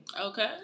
Okay